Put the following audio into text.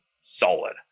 solid